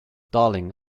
darling